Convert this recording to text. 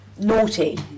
Naughty